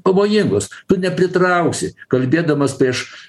pavojingus tu nepritrauksi kalbėdamas prieš